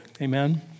Amen